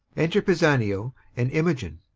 enter pisanio and imogen